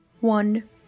One